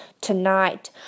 tonight